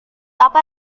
apa